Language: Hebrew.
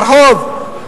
ברחוב.